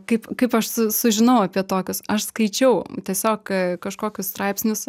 kaip kaip aš su sužinau apie tokius aš skaičiau tiesiog kažkokius straipsnius